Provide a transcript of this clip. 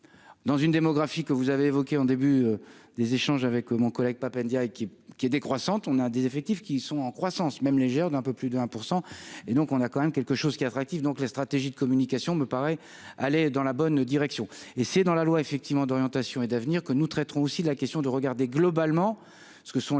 dans une démographie que vous avez évoqué en début des échanges, avec mon collègue PAP Ndaye qui qui est décroissante, on a des effectifs qui sont en croissance, même légère, d'un peu plus de 1 % et donc on a quand même quelque chose qui attractifs, donc les stratégies de communication me paraît aller dans la bonne direction et c'est dans la loi, effectivement, d'orientation et d'avenir que nous traiterons aussi la question de regarder globalement ce que sont là les